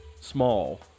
small